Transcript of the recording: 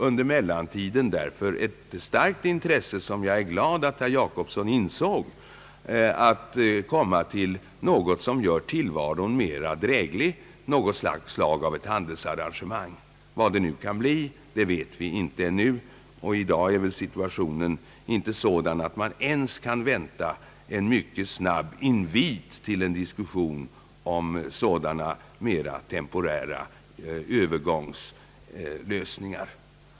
Under mellantiden har vi därför ett starkt intresse — jag är glad att herr Gösta Jacobsson också ansåg det — att komma fram till något som gör tillvaron mer dräglig, något slag av handelsarrangemang; vad det kan bli vet vi inte ännu, och i dag är väl situationen sådan att man inte ens kan vänta en snabb invit till en diskussion om sådana mer temporära övergångslösningar.